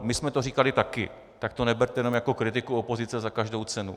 My jsme to říkali taky, tak to neberte jenom jako kritiku opozice za každou cenu.